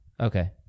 Okay